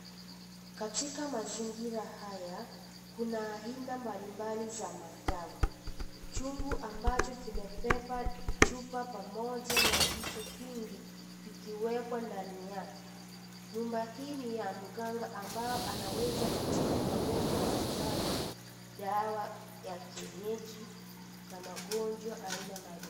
Katika mazingira haya kuna aina mbalimbali za madawa , chungu ambacho kimebeba chupa pamoja na vitu vingi vikiwekwa ndani yake . Nyumba hiii ni ya mganga ambaye anaweza kutibu magonjwa mbalimbali dawa ya kienyeji na magonjwa aina mbali.